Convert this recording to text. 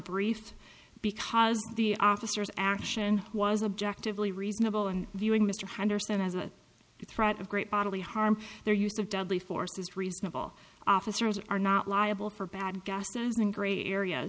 brief because the officers action was objectively reasonable and viewing mr henderson as a threat of great bodily harm their use of deadly force is reasonable officers are not liable for bad gaston in great area